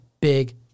big